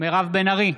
מירב בן ארי,